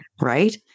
right